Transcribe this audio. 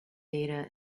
data